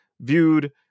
viewed